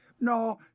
no